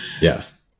Yes